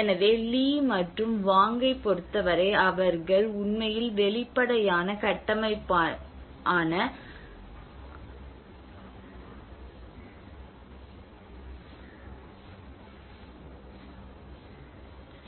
எனவே லீ மற்றும் வாங்கைப் பொறுத்தவரை அவர்கள் உண்மையில் வெளிப்படையான கட்டமைப்பான